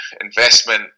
investment